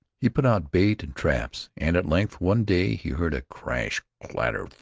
he put out baits and traps, and at length one day he heard a crash, clatter,